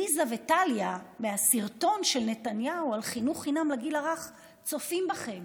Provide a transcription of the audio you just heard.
ליזה וטליה מהסרטון של נתניהו על חינוך חינם לגיל הרך צופות בכם